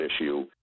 issue